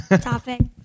topic